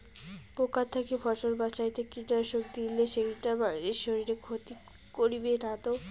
পোকার থাকি ফসল বাঁচাইতে কীটনাশক দিলে সেইটা মানসির শারীরিক ক্ষতি করিবে না তো?